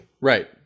Right